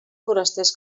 forasters